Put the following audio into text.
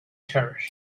cherish